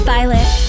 Violet